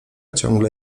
ciągłe